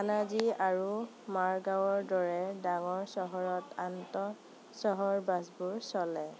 পানাজী আৰু মাৰগাঁৱৰ দৰে ডাঙৰ চহৰত আন্তঃ চহৰ বাছবোৰ চলে